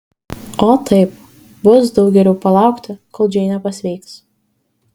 o taip bus daug geriau palaukti kol džeinė pasveiks